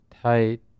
tight